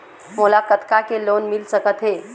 मोला कतका के लोन मिल सकत हे?